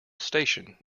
station